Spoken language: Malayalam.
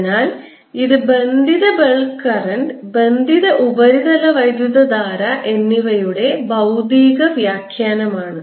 അതിനാൽ ഇത് ബന്ധിത ബൾക്ക് കറന്റ് ബന്ധിത ഉപരിതല വൈദ്യുതധാര എന്നിവയുടെ ഭൌതിക വ്യാഖ്യാനമാണ്